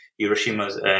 Hiroshima's